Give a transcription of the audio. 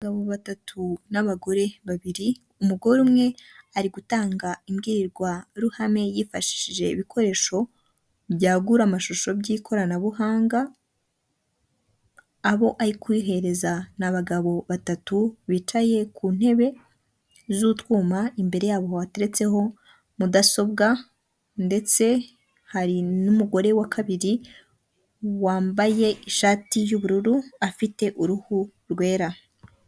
Abagabo batatu n'abagore babiri umugore umwe ari gutanga imbwirwaruhame yifashishije ibikoresho byagura amashusho by'ikoranabuhanga, abo ari kuyihereza ni abagabo batatu bicaye ku ntebe z'utwuma imbere yabo hateretseho mudasobwa ndetse hari n'umugore wa kabiri wambaye ishati y'ubururu afite uruhu rwera.